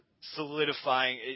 solidifying